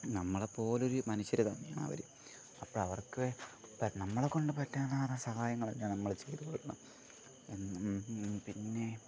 നമ്മളെ പോലെ ഒരു മനുഷ്യർ തന്നെയാണ് അവരും അപ്പഴ് അവർക്ക് നമ്മളെ കൊണ്ട് പറ്റാവുന്ന സഹായങ്ങൾ തന്നെ നമ്മൾ ചെയ്തു കൊടുക്കണം പിന്നെ